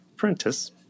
Apprentice